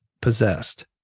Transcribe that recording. possessed